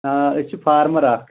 آ أسۍ چھِ فارمر اَکھ